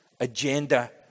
agenda